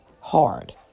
hard